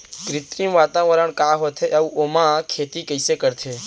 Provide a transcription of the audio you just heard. कृत्रिम वातावरण का होथे, अऊ ओमा खेती कइसे करथे?